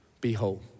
Behold